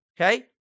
okay